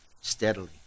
steadily